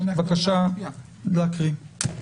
בבקשה להקריא.